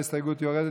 ההסתייגות יורדת,